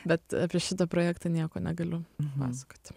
bet apie šitą projektą nieko negaliu pasakoti